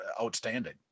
outstanding